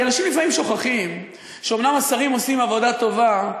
כי אנשים לפעמים שוכחים שאומנם השרים עושים עבודה טובה,